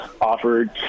offered